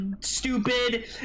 stupid